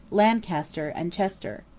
lancaster, and chester.